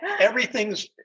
everything's